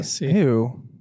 Ew